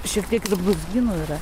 šiek tiek ir brūzgynų yra